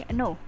no